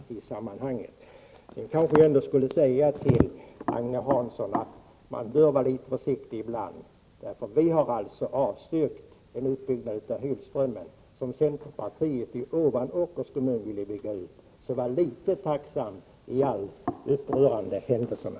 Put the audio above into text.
Till Agne Hansson vill jag också säga att man kanske bör vara litet försiktig ibland. Vi har alltså avstyrkt en utbyggnad av Hylströmmen, som centerpartiet i Ovanåkers kommun ville bygga ut — så var litet tacksam över detta.